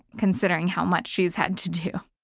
considering how much she's had to do.